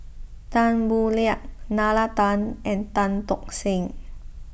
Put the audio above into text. Tan Boo Liat Nalla Tan and Tan Tock Seng